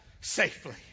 safely